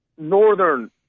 Northern